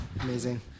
Amazing